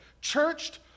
churched